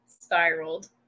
Spiraled